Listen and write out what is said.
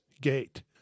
gate